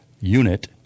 unit